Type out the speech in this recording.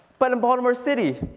but in baltimore city,